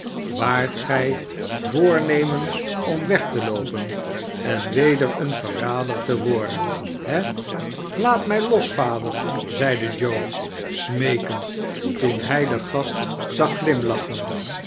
waart gij voornemens om weg te loopen en weder een verrader te worden he laat mij los vader zeide joe smeekend toen hij den gast